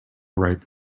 ripe